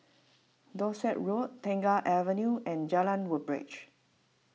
Dorset Road Tengah Avenue and Jalan Woodbridge